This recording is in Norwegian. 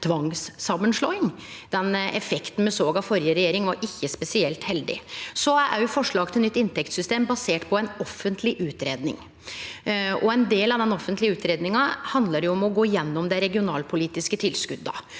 tvangssamanslåing. Den effekten me såg av førre regjering, var ikkje spesielt heldig. Forslaget til nytt inntektssystem er basert på ei offentleg utgreiing. Ein del av den offentlege utgreiinga handlar om å gå gjennom dei regionalpolitiske tilskota.